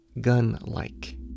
gun-like